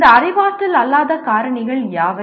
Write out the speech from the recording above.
இந்த அறிவாற்றல் அல்லாத காரணிகள் யாவை